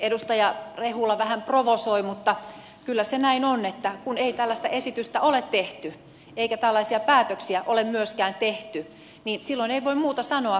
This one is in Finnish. edustaja rehula vähän provosoi mutta kyllä se näin on että kun ei tällaista esitystä ole tehty eikä tällaisia päätöksiä ole myöskään tehty niin silloin ei voi muuta sanoa